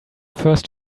first